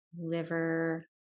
Liver